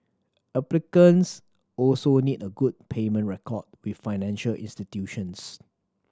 applicants also need a good payment record with financial institutions